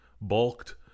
bulked